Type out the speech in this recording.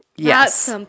Yes